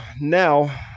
now